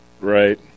Right